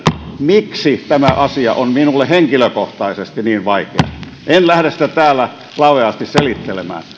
miksi tämä asia on minulle henkilökohtaisesti niin vaikea en lähde sitä täällä laveasti selittelemään